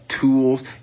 Tools